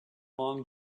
long